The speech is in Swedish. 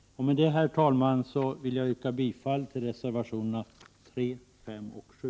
Herr talman! Med detta vill jag yrka bifall till reservationerna 3, 5 och 7.